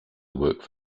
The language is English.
work